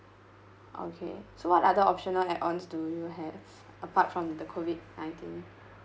okay so what other optional add ons do you have apart from the COVID nineteen